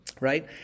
Right